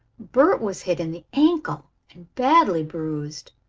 bert was hit in the ankle and badly bruised.